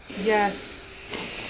Yes